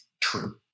True